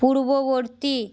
পূর্ববর্তী